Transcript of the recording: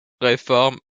réforme